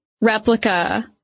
replica